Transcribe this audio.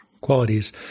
qualities